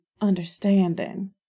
understanding